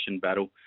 battle